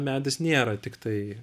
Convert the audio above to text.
medis nėra tiktai